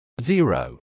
zero